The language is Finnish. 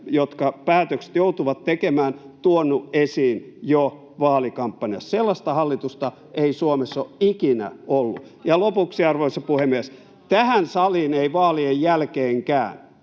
joissa päätökset joutuvat tekemään, tuoneet esiin jo vaalikampanjassa? Sellaista hallitusta ei Suomessa ole ikinä ollut. Ja lopuksi, arvoisa puhemies: Tähän saliin ei vaalien jälkeenkään